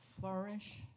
flourish